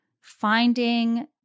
finding